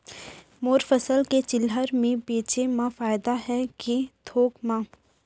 मोर फसल ल चिल्हर में बेचे म फायदा है के थोक म?